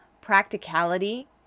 practicality